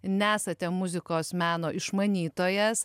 nesate muzikos meno išmanytojas